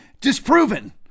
disproven